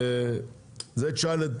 תשאל את